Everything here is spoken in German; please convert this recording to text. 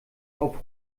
auf